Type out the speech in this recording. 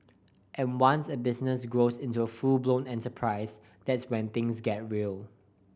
and once a business grows into a full blown enterprise that's when things get real